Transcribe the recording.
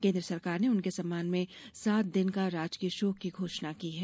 केन्द्र सरकार ने उनके सम्मान में सात दिन का राजकीय शोक की घोषणा की है